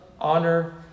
honor